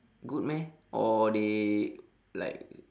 good meh or they like